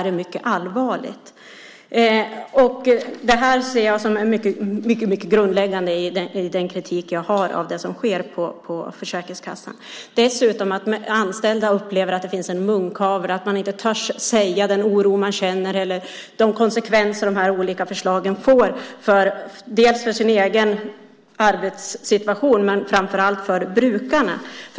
Detta är mycket grundläggande i den kritik som jag har mot det som sker på Försäkringskassan. De anställda upplever dessutom att det finns en munkavle och att man inte törs tala om den oro som man känner för de konsekvenser som dessa olika förslag får för den egna arbetssituationen och framför allt för brukarna.